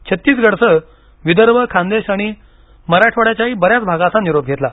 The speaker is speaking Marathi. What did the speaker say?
छत्तीसगड सह विदर्भ खानदेश आणि मराठवाड्याच्याही बऱ्याच भागाचा निरोप घेतला